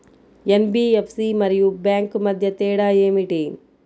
NBFC మరియు bank మధ్య తేడా ఏమిటీ?